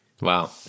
Wow